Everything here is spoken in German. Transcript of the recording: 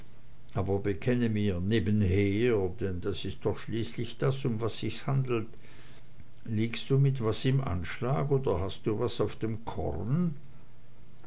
aber bekenne mir nebenher denn das ist doch schließlich das um was sich's handelt liegst du mit was im anschlag hast du was auf dem korn